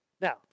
Now